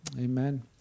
amen